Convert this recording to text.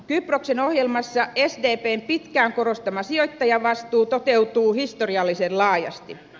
kyproksen ohjelmassa sdpn pitkään korostama sijoittajavastuu toteutuu historiallisen laajasti